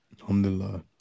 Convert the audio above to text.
Alhamdulillah